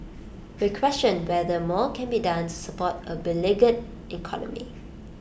we question whether more can be done to support A beleaguered economy